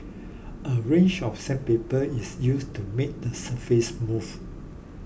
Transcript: a range of sandpaper is used to make the surfaces smooth